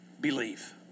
believe